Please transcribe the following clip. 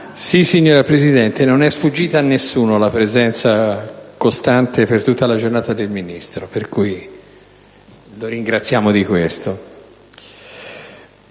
Signora Presidente, non è sfuggita a nessuno la presenza costante, per tutta la giornata, del Ministro, per la quale lo ringraziamo.